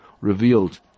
revealed